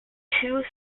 two